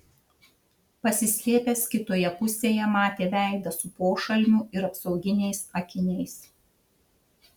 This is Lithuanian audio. pasislėpęs kitoje pusėje matė veidą su pošalmiu ir apsauginiais akiniais